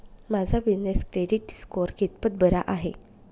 माझा business credit score कितपत बरा आहे?